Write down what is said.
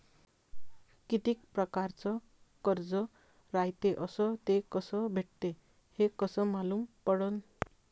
कितीक परकारचं कर्ज रायते अस ते कस भेटते, हे कस मालूम पडनं?